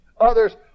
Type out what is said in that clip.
others